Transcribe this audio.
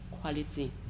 quality